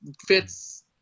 fits